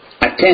attend